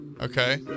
Okay